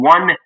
One